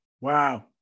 Wow